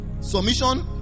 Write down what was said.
Submission